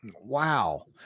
wow